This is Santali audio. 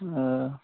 ᱚ